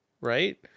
Right